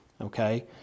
Okay